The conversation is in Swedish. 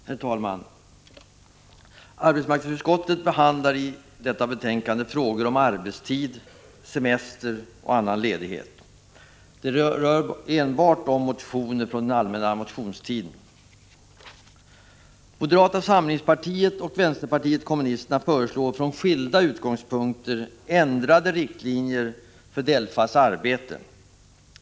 Herr talman! Arbetsmarknadsutskottet behandlar i detta betänkande frågor om arbetstid, semester och annan ledighet. Det rör sig enbart om motioner från den allmänna motionstiden. Moderata samlingspartiet och vänsterpartiet kommunisterna föreslår från skilda utgångspunkter ändrade riktlinjer för DELFA:s arbete.